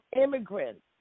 immigrants